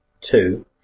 Two